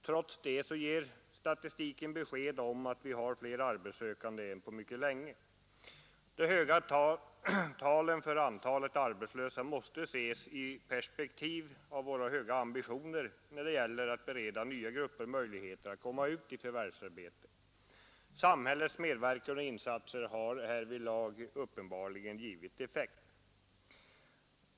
Trots detta ger emellertid statistiken besked om att vi har fler arbetssökande än på mycket länge. De höga talen för antalet arbetslösa måste ses i perspektiv av våra stora ambitioner när det gäller att bereda nya grupper möjlighet att komma ut i förvärvsarbete. Samhällets medverkan och insatser har härvidlag uppenbarligen givit effekt.